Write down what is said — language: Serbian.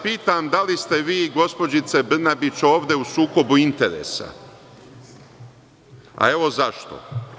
Pitam se da li ste vi, gospođice Brnabić, ovde u sukobu interesa, a evo zašto.